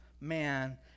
Man